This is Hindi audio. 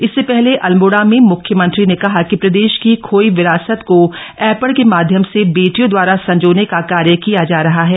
इससे पहले अल्मोड़ा में म्ख्यमंत्री ने कहा कि प्रदेश की खोई विरासत को ऐंपण के माध्यम से बेटियों दवारा संजोने का कार्य किया जा रहा है